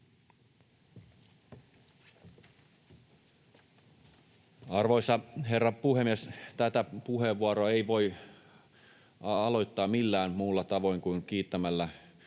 Arvoisa herra puhemies! Tätä puheenvuoroa ei voi aloittaa millään muulla tavoin kuin kiittämällä